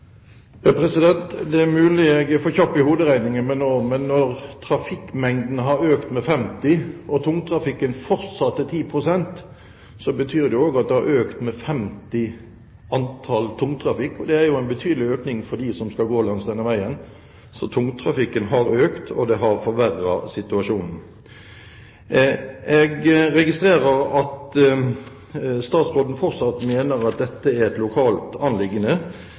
Det er mulig jeg er for kjapp i hoderegning, men når trafikkmengden har økt med 50 og tungtrafikken fortsatt er 10 pst., så betyr det at den har økt med 50 når det gjelder tungtrafikk. Det er jo en betydelig økning for dem som skal gå langs denne veien. Så tungtrafikken har økt, og det har forverret situasjonen. Jeg registrerer at statsråden fortsatt mener at dette er et lokalt anliggende.